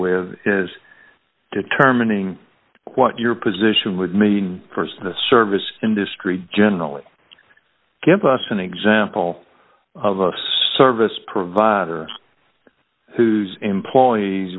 with is determining what your position would mean st of the service industry generally give us an example of a service provider whose employees